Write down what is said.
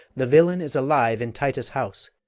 the villain is alive in titus' house,